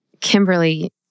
Kimberly